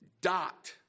dot